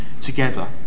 together